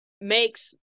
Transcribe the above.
makes